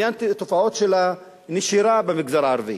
תופעות של נשירה במגזר הערבי,